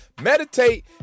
Meditate